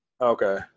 Okay